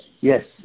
Yes